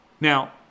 Now